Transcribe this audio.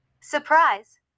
Surprise